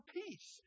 peace